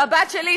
והבת שלי,